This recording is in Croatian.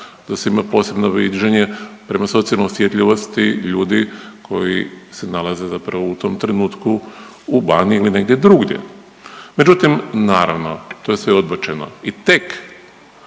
da se ima posebno viđenje prema socijalnoj osjetljivosti ljudi koji se nalaze zapravo u tom trenutku u Baniji ili negdje druge. Međutim, naravno, to je sve odbačeno i tek